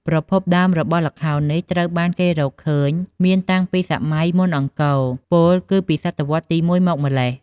ប្រភពដើមរបស់ល្ខោននេះ ត្រូវបានគេរកឃើញមានតាំងពីសម័យមុនអង្គរ ពោលគឺពីសតវត្សទី ១មកម្ល៉េះ។